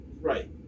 Right